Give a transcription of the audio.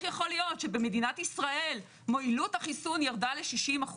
יכול להיות שבמדינת ישראל מועילות החיסון ירדה ל-60%,